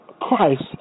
Christ